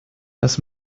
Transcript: das